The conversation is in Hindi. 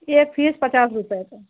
एक पीस पचास रुपये का